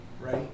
right